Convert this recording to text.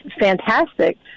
fantastic